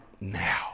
now